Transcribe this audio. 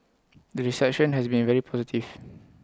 the reception has been very positive